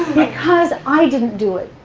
because i didn't do it.